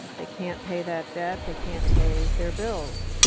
they can't pay that debt. they can't pay their bills.